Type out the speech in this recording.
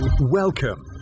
Welcome